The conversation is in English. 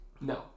No